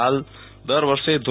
હાલ દર વર્ષે ધો